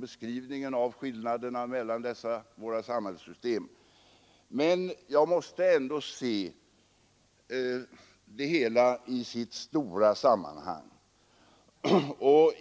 beskrivning av skillnaderna mellan våra samhällssystem, men jag måste ändå se det hela i dess stora sammanhang.